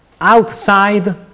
outside